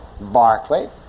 Barclay